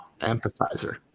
Empathizer